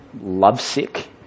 lovesick